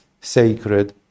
sacred